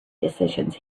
decisions